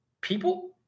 People